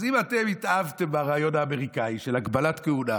אז אם אתם התאהבתם ברעיון האמריקאי של הגבלת כהונה